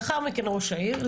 לאחר מכן, ראש העיר.